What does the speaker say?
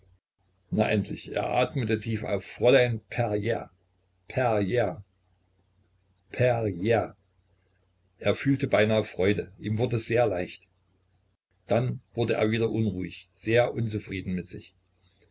na endlich er atmete tief auf fräulein perier perier perier er fühlte beinahe freude ihm wurde sehr leicht dann wurde er wieder unruhig sehr unzufrieden mit sich